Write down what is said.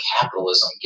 capitalism